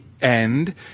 end